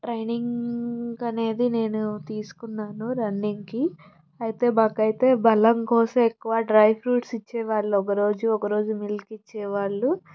training అనేది నేను తీసుకున్నాను రన్నింగ్కి అయితే మాకు అయితే బలం కోసం ఎక్కువ డ్రై ఫ్రూట్స్ ఇచ్చేవాళ్ళు ఒకరోజు ఒకరోజు మిల్క్ ఇచ్చే వాళ్ళు